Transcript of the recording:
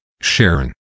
Sharon